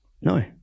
No